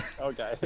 Okay